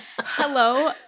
Hello